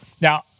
Now